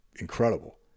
incredible